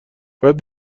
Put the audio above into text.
باید